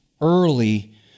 early